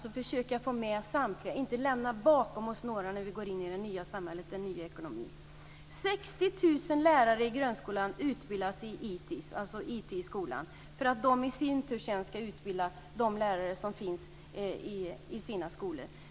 Vi vill försöka få med samtliga och inte lämna oss bakom några när vi går in i det nya samhället och den nya ekonomin. IT i skolan - för att de i sin tur ska utbilda de lärare som finns ute på skolorna.